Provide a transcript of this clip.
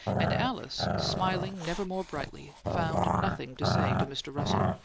and alice, smiling never more brightly, found nothing to say to mr. russell,